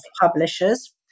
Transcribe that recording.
publishers